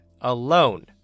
alone